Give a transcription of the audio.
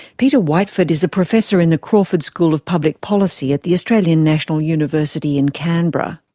peter whiteford is a professor in the crawford school of public policy at the australian national university in canberra.